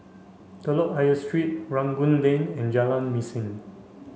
Telok Ayer Street Rangoon Lane and Jalan Mesin